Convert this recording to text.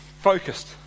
focused